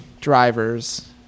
drivers